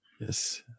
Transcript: Yes